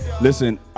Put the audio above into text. listen